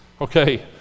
Okay